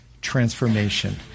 transformation